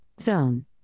zone